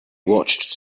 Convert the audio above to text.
watched